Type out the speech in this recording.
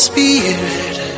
Spirit